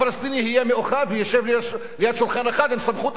יהיה מאוחד וישב ליד שולחן אחד עם סמכות אחת